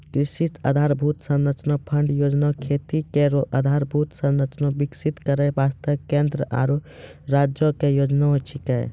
कृषि आधारभूत संरचना फंड योजना खेती केरो आधारभूत संरचना विकसित करै वास्ते केंद्र आरु राज्यो क योजना छिकै